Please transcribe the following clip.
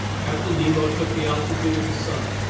captain nemo took the altitude of the sun,